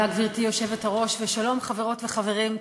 גברתי היושבת-ראש, תודה, ושלום, חברות וחברים.